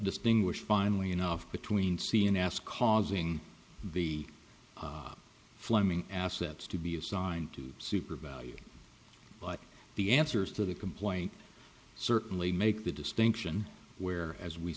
distinguish finally enough between see an ass causing the fleming assets to be assigned to super value but the answers to the complaint certainly make the distinction where as we